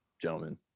Gentlemen